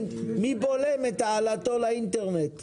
מי בולם את העלאתו לאינטרנט?